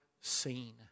seen